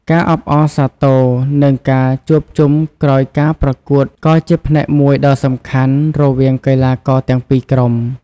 ការអបអរសាទរ និងការជួបជុំក្រោយការប្រកួតក៏ជាផ្នែកមួយដ៏សំខាន់រវាងកីឡាករទាំងពីរក្រុម។